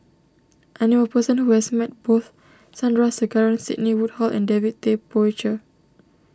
I knew a person who has met both Sandrasegaran Sidney Woodhull and David Tay Poey Cher